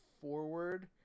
forward –